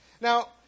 Now